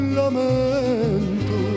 lamento